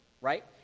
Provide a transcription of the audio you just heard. right